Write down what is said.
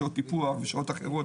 שעות טיפול ושעות אחרות